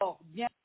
Bien